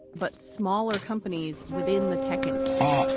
but smaller companies within the tech industry,